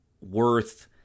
worth